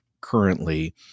currently